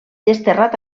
desterrat